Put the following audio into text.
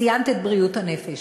ציינת את בריאות הנפש.